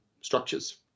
structures